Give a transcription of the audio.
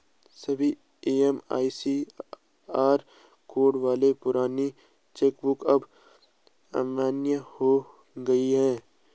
सभी MICR code वाली पुरानी चेक बुक अब अमान्य हो गयी है